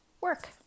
work